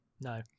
No